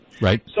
Right